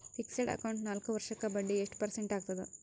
Fixed account ನಾಲ್ಕು ವರ್ಷಕ್ಕ ಬಡ್ಡಿ ಎಷ್ಟು ಪರ್ಸೆಂಟ್ ಆಗ್ತದ?